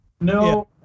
No